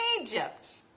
Egypt